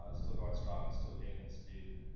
still going strong, and still gaining speed.